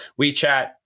WeChat